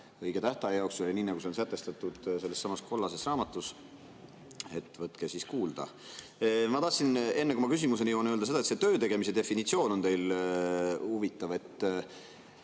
õige tähtaja jooksul ja nii nagu see on sätestatud sellessamas kollases raamatus. Võtke siis kuulda. Ma tahtsin enne, kui ma küsimuseni jõuan, öelda seda, et see töötegemise definitsioon on teil huvitav.